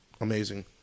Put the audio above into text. amazing